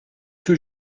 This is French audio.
que